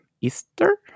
Easter